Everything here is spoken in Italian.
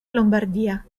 lombardia